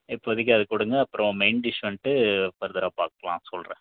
இப்பதிக்கு அது கொடுங்க அப்புறோம் மெயின் டிஷ் வந்துட்டு ஃபர்தராக பார்க்லாம் சொல்கிறேன்